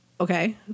okay